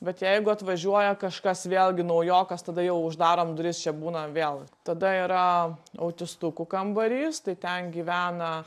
bet jeigu atvažiuoja kažkas vėlgi naujokas tada jau uždarom duris čia būna vėl tada yra autistukų kambarys tai ten gyvena